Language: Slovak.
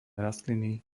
rastliny